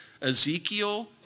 Ezekiel